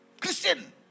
Christian